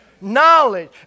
Knowledge